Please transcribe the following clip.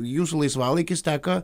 jūsų laisvalaikis teka